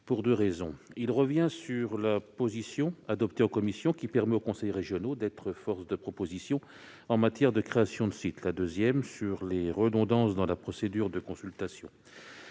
En effet, il revient sur la position adoptée en commission qui permet aux conseils régionaux d'être forces de proposition en matière de création de sites. En ce qui concerne les redondances dans la procédure de consultation,